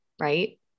Right